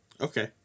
Okay